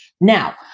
Now